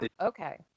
okay